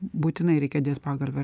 būtinai reikia dėt pagalvę